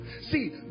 See